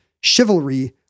chivalry